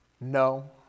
No